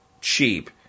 cheap